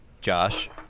Josh